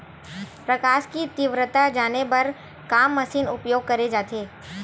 प्रकाश कि तीव्रता जाने बर का मशीन उपयोग करे जाथे?